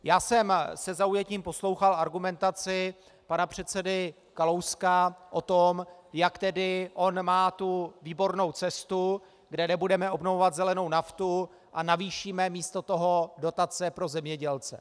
Já jsem se zaujetím poslouchal argumentaci pana předsedy Kalouska o tom, jak tedy on má tu výbornou cestu, kde nebudeme obnovovat zelenou naftu a navýšíme místo toho dotace pro zemědělce.